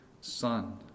Son